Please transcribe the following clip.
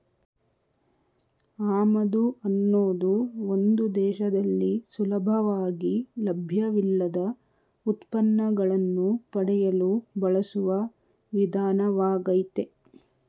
ಆಮದು ಅನ್ನೋದು ಒಂದು ದೇಶದಲ್ಲಿ ಸುಲಭವಾಗಿ ಲಭ್ಯವಿಲ್ಲದ ಉತ್ಪನ್ನಗಳನ್ನು ಪಡೆಯಲು ಬಳಸುವ ವಿಧಾನವಾಗಯ್ತೆ